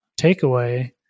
takeaway